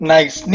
Nice